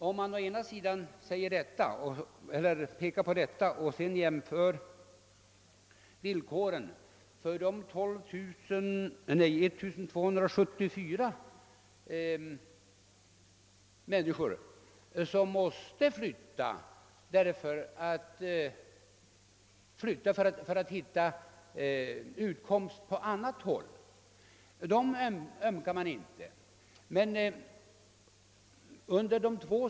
Man kan å ena sidan peka på detta och å andra sidan jämföra villkoren för de 1274 människor som under de två senaste åren tvingats flytta för att söka utkomst på andra håll. Dessa senare tänker man mindre på.